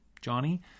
Johnny